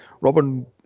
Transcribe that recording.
Robin